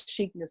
chicness